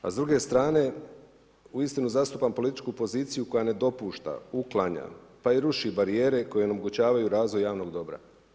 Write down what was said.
A s druge strane, uistinu zastupam političku poziciju, koja ne dopušta, uklanja, pa i ruši barijere, koje onemogućavaju razvoj javnog dobra.